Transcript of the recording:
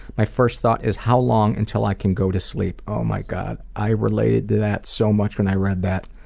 my first thought is how long until i can go to sleep? oh my god, i related to that so much when i read that.